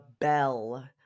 bell